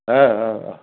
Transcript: ओ ओ ओ